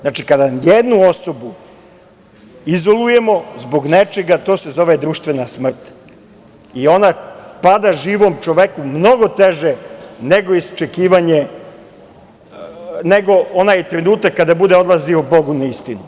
Znači, kada jednu osobu izolujemo zbog nečega, to se zove društvena smrt i ona pada živom čoveku mnogo teže, nego onaj trenutak kada bude odlazio Bogu na istinu.